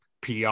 PR